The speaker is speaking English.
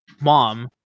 mom